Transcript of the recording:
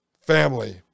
family